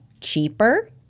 cheaper